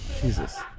Jesus